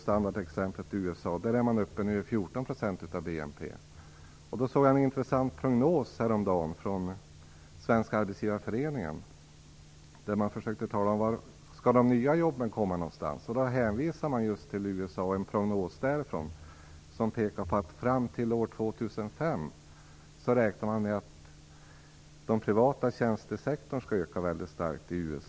Standardexemplet är ju USA. Där är man nu uppe i 14 % av BNP. Häromdagen såg jag en intressant prognos från Svenska arbetsgivareföreningen. Man försökte sig på att tala om varifrån de nya jobben skall komma. Då hänvisades just till en prognos från USA som pekar på att fram till år 2005 räknar man med att den privata tjänstesektorn där kommer att öka väldigt starkt.